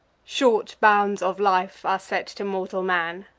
short bounds of life are set to mortal man.